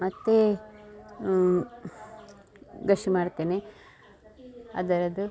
ಮತ್ತು ಗಶ್ ಮಾಡ್ತೇನೆ ಅದರದ್ದು